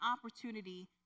opportunity